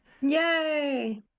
yay